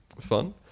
fun